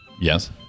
Yes